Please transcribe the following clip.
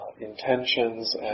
intentions